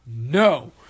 No